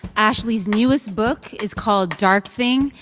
ashley's newest book is called dark thing,